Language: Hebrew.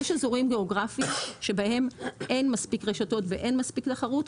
יש אזורים גיאוגרפיים שבהם אין מספיק רשתות ואין מספיק תחרות.